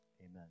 Amen